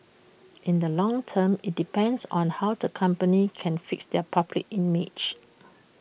in the long term IT depends on how the company can fix their public image